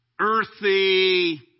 earthy